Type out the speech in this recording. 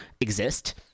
exist